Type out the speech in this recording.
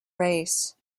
race